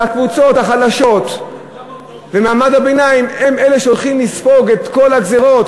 והקבוצות החלשות ומעמד הביניים הם אלה שהולכים לספוג את כל הגזירות,